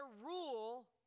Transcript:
rule